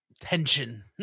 tension